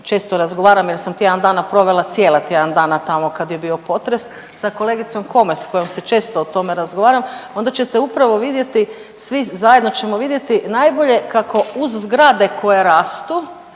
često razgovaram jer sam tjedan dana provela cijele tjedan tamo kad je bio potres sa kolegicom Komes s kojom se često o tome razgovaram onda ćete upravo vidjeti, svi zajedno ćemo vidjeti kako uz zgrade koje rastu